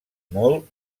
molt